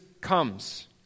comes